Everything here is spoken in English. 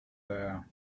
there